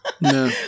No